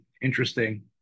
interesting